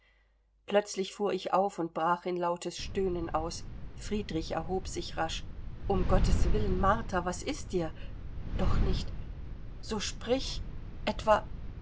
plötzlich fuhr ich auf und brach in lautes stöhnen aus friedrich erhob sich rasch um gotteswillen martha was ist dir doch nicht so sprich etwa